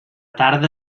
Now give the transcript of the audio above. tarda